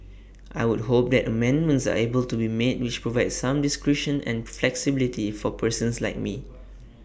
I would hope that amendments are able to be made which provide some discretion and flexibility for persons like me